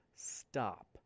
stop